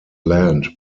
land